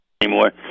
anymore